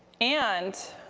and